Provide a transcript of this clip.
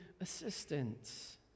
assistance